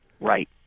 Right